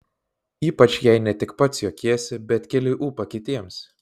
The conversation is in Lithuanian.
ypač jei ne tik pats juokiesi bet keli ūpą kitiems